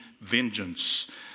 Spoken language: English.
vengeance